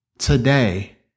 Today